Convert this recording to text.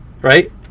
right